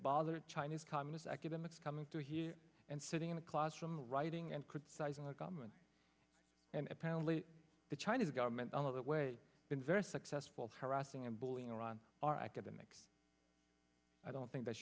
bother chinese communist academics coming through here and sitting in a classroom writing and criticizing the government and apparently the chinese government another way been very successful harassing and bullying around our academics i don't think that